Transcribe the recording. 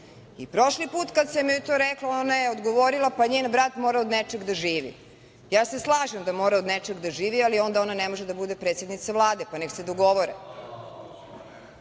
prošli put kad sam joj to rekla ona je odgovorila – pa njen brat mora od nečeg da živi. Ja se slažem da mora od nečeg da živi, ali ona ne može da bude predsednica Vlade, pa nek se dogovore.